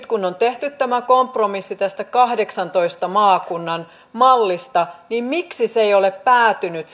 kun on tehty tämä kompromissi tästä kahdeksantoista maakunnan mallista niin miksi se kompromissin henki ei ole päätynyt